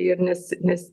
ir nes nes